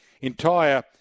entire